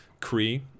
Kree